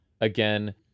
again